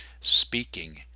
speaking